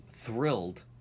thrilled